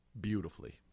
Beautifully